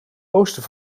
oosten